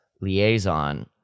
liaison